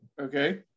Okay